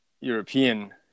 European